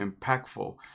impactful